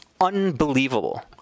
unbelievable